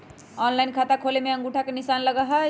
Online खाता खोले में अंगूठा के निशान लगहई?